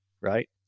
right